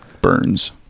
burns